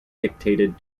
dictated